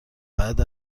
بعد